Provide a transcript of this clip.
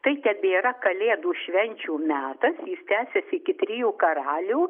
tai tebėra kalėdų švenčių metas tęsias iki trijų karalių